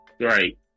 Right